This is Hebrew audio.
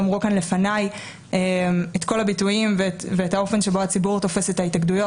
אמרו כאן לפני את כל הביטויים ואת האופן שבו הציבור תופס את ההתאגדויות.